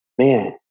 man